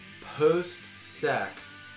post-sex